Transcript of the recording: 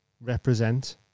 Represent